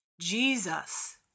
Jesus